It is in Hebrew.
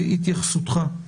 התייחסותך?